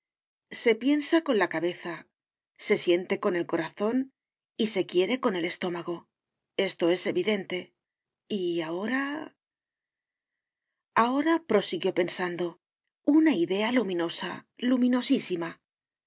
se piensa con la cabeza se siente con el corazón y se quiere con el estómago esto es evidente y ahora ahoraprosiguió pensando una idea luminosa luminosísima